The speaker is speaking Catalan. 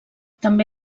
també